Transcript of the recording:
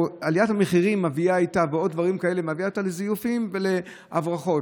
עליית המחירים ועוד דברים כאלה מביאים לזיופים ולהברחות.